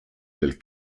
del